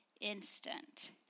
instant